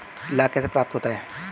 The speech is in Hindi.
लाख कैसे प्राप्त होता है?